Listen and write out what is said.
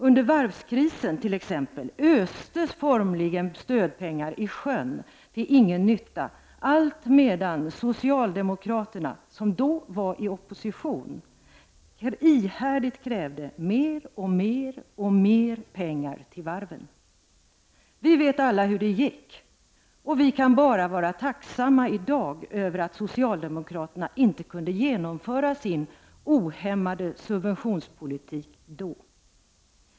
Under varvskrisen t.ex. östes formligen stödpengar i sjön, till ingen nytta, medan socialdemokraterna, som då var i opposition, ihärdigt krävde mer och mer pengar till varven. Vi vet alla hur det gick, och vi kan bara vara tacksamma i dag över att socialdemokraterna inte kunde genomföra sin ohämmade subventionspolitik då.